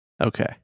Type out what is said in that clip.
Okay